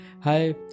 hi